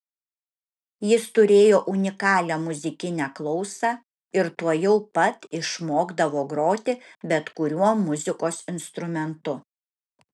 jis turėjo unikalią muzikinę klausą ir tuojau pat išmokdavo groti bet kuriuo muzikos instrumentu